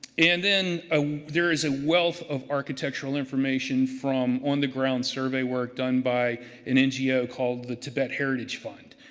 and then ah there is a wealth of architectural information from on the ground survey work done by an ngo called the tibet heritage fund.